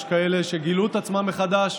יש כאלה שגילו את עצמם מחדש,